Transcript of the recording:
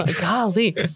Golly